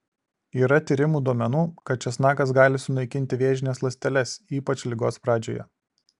yra tyrimų duomenų kad česnakas gali sunaikinti vėžines ląsteles ypač ligos pradžioje